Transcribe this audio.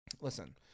Listen